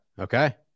okay